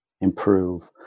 improve